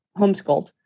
homeschooled